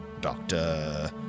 Doctor